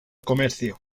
comercio